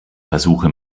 versuche